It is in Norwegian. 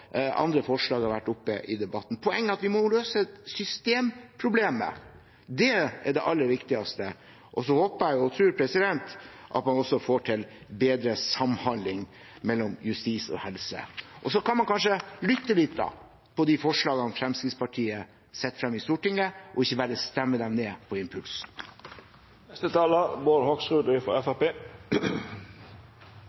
andre forslag har vært oppe i debatten. Poenget er at vi må løse systemproblemet. Det er det aller viktigste. Og så håper og tror jeg at man får til bedre samhandling mellom justis og helse. Man kan kanskje også lytte litt til de forslagene Fremskrittspartiet setter frem i Stortinget, og ikke bare stemme dem ned på